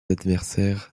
adversaires